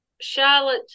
Charlotte